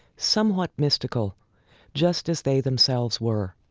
somewhat mystical just as they themselves were.